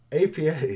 apa